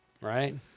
right